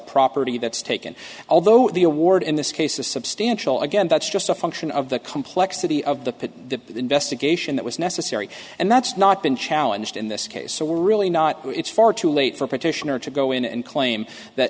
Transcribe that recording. property that's taken although the award in this case is substantial again that's just a function of the complexity of the investigation that was necessary and that's not been challenged in this case so we're really not it's far too late for petitioner to go in and claim that